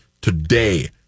today